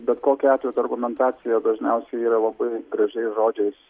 bet kokiu atveju ta argumentacija dažniausiai yra labai gražiais žodžiais